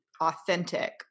authentic